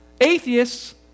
Atheists